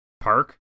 park